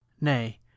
Nay